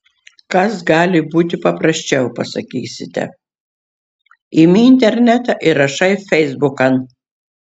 kas gali būti paprasčiau pasakysite imi internetą ir rašai feisbukan